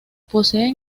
poseen